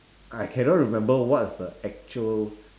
I cannot remember what's the actual